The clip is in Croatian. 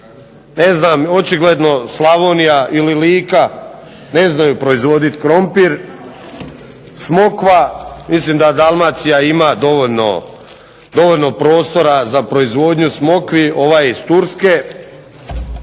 Egipta, očigledno Slavonija ili Lika ne znaju proizvoditi krumpir. Smokva mislim da Dalmacija ima dovoljno prostora za proizvodnju smokvi ova je iz Turske.